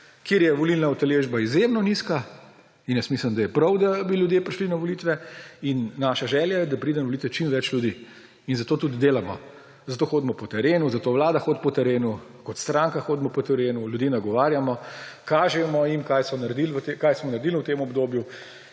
kjer je volilna udeležba izjemno nizka. Jaz mislim, da je prav, da bi ljudje prišli na volitve, in naša želja je, da pride na volitve čim več ljudi. In zato tudi delamo, zato hodimo po terenu, zato vlada hodi po terenu, kot stranka hodimo po terenu, ljudje nagovarjamo, kažemo jim, kaj smo naredili v tem obdobju.